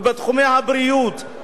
ובתחומי הבריאות,